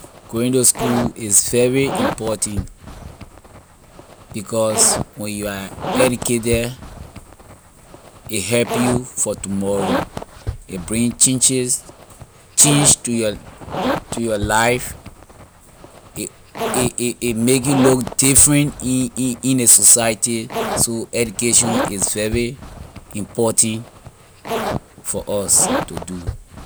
Going to school is very important because when you are educated a help you for tomorrow a bring changes change to your to your life a a a a make you look different in in in ley society so education is very important for us to do